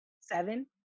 seven